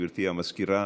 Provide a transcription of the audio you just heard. גברתי המזכירה.